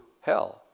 hell